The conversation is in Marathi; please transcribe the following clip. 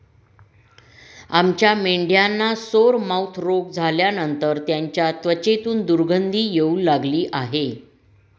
आमच्या मेंढ्यांना सोरमाउथ रोग झाल्यानंतर त्यांच्या त्वचेतून दुर्गंधी येऊ लागली आहे